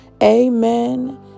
Amen